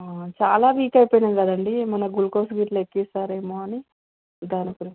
చాలా వీక్ అయిపోయిన కదండి ఏమన్న గ్లూకోజ్ గిట్లా ఎక్కిస్తారేమో అని దాని గురించి